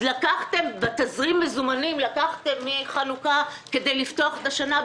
אז בתזרים מזומנים לקחתם מחנוכה כדי להתחיל את השנה?